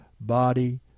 body